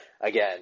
again